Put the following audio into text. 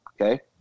Okay